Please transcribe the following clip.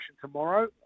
tomorrow